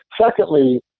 Secondly